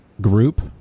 group